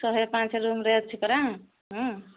ଶହେ ପାଞ୍ଚ ରୁମ୍ରେ ଅଛି ପରା ହଁ